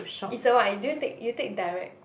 it's a what do you take you take direct